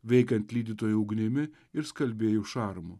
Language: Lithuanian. veikiant lydytojo ugnimi ir skalbėjų šarmu